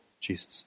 Jesus